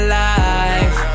life